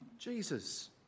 Jesus